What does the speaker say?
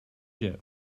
jet